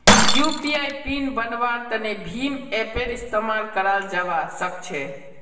UPI PIN बन्वार तने भीम ऐपेर इस्तेमाल कराल जावा सक्छे